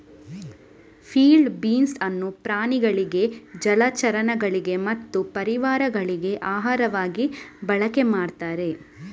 field beans ಅನ್ನು ಪ್ರಾಣಿಗಳಿಗೆ ಜಲಚರಗಳಿಗೆ ಮತ್ತೆ ಪಾರಿವಾಳಗಳಿಗೆ ಆಹಾರವಾಗಿ ಬಳಕೆ ಮಾಡ್ತಾರೆ